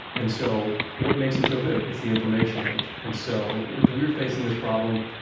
and so what makes them so good? it's the information age. and so if we're facing this problem,